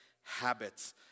habits